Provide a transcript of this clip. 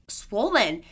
swollen